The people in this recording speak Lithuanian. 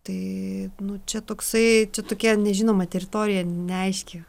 tai čia toksai čia tokia nežinoma teritorija neaiški